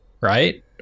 right